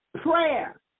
Prayer